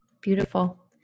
Beautiful